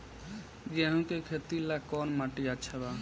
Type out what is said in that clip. गेहूं के खेती ला कौन माटी अच्छा बा?